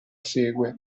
segue